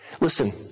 Listen